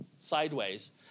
sideways